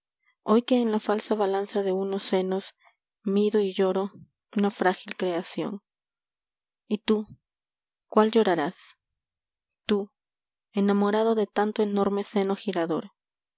hoy que en la falsa balanza de unos senos mido y lloro una frágil creación y tú cuál llorarás tú enamorado de tanto enorme seno girador